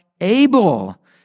able